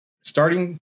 starting